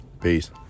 Peace